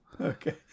Okay